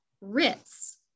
Ritz